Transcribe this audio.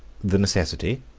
the necessity,